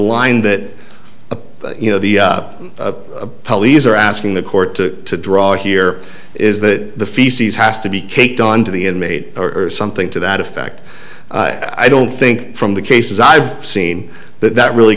line that you know the a police are asking the court to draw here is that the feces has to be caked on to the inmate or something to that effect i don't think from the cases i've seen that that really